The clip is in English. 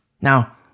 Now